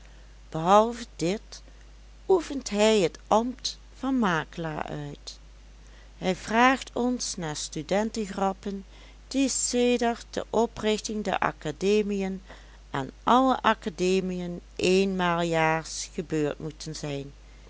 behalve dit oefent hij het ambt van makelaar uit hij vraagt ons naar studentegrappen die sedert de oprichting der academiën aan alle academiën eenmaal s jaars gebeurd moeten zijn